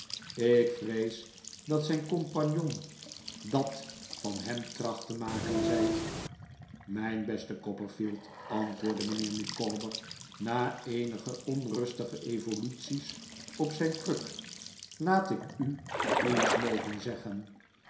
ik vrees dat zijn compagnon dat van hem tracht te maken zei ik mijn beste copperfield antwoordde mijnheer micawber na eenige onrustige evoluties op zijn kruk laat ik u iets mogen zeggen